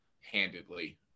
handedly